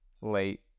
late